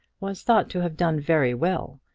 was thought to have done very well,